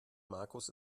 markus